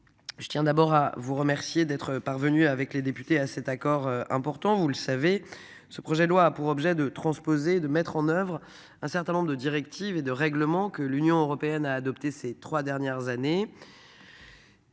Je tiens d'abord à vous remercier d'être parvenu avec les députés à cet accord important, vous le savez. Ce projet de loi a pour objet de transposer de mettre en oeuvre un certain nombre de directives et de règlements que l'Union européenne a adopté ces 3 dernières années.